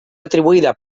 atribuïda